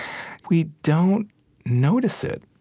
we don't notice it,